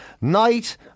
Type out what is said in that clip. night